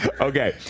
Okay